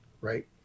Right